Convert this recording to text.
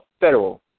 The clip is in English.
federal